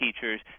teachers